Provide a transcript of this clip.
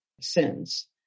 sins